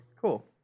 Cool